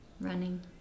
running